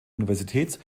universitäts